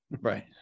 right